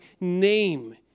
name